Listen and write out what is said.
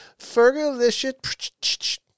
Fergalicious